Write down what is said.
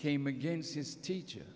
came against his teacher